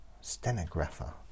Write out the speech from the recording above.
stenographer